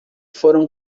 foram